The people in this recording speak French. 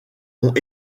ont